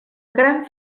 gran